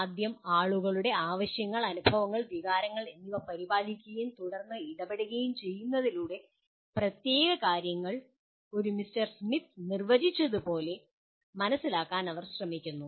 ആദ്യം ആളുകളുടെ ആവശ്യങ്ങൾ അനുഭവങ്ങൾ വികാരങ്ങൾ എന്നിവ പരിപാലിക്കുകയും തുടർന്ന് ഇടപെടുകയും ചെയ്യുന്നതിലൂടെ പ്രത്യേക കാര്യങ്ങൾ ഒരു മിസ്റ്റർ സ്മിത്ത് നിർവചിച്ചതു പോലെ മനസിലാക്കാൻ അവർ ശ്രമിക്കുന്നു